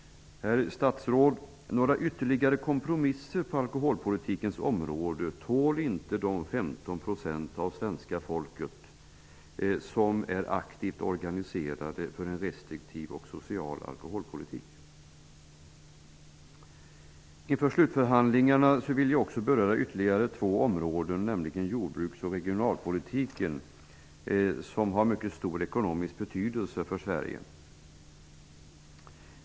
Några ytterligare kompromisser, herr statsråd, på alkoholpolitikens område tål inte de 15 % av svenska folket som är aktivt organiserade för en restriktiv och social alkoholpolitik. Inför slutförhandlingarna vill jag också beröra ytterligare två områden som har mycket stor ekonomisk betydelse för Sverige, nämligen jordbruks och regionalpolitiken.